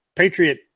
Patriot